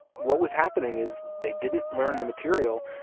what was happening is they didn't learn the material,